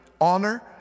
honor